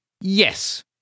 Yes